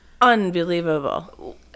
unbelievable